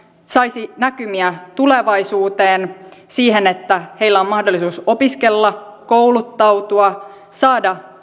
saisi näkymiä tulevaisuuteen siihen että heillä on mahdollisuus opiskella kouluttautua saada